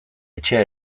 etxea